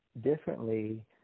differently